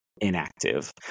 inactive